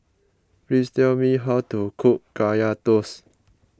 please tell me how to cook Kaya Toast